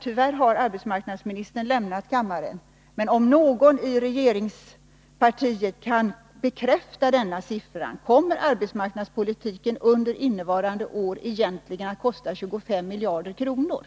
Tyvärr har arbetsmarknadsministern lämnat kammaren, men jag skulle gärna vilja att någon från regeringspartiet bekräftade detta belopp. Kommer arbetsmarknadspolitiken under innevarande år att kosta 25 miljarder kronor?